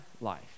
life